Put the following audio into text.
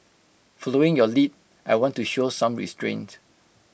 following your lead I want to show some restraint